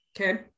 Okay